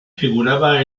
figuraba